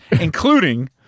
including